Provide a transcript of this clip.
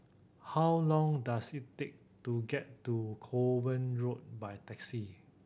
how long does it take to get to Kovan Road by taxi